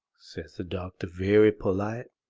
says the doctor very polite,